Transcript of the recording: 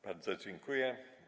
Bardzo dziękuję.